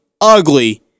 ugly